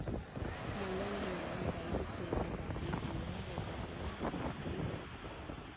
ಮೂಲಂಗಿನಾ ಬೈಲಸೇಮಿ ಮಂದಿ ಉಳಾಗಡ್ಯಾಗ ಅಕ್ಡಿಹಾಕತಾರ